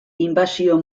inbasio